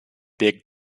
big